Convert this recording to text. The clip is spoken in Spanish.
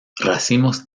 racimos